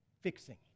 fixing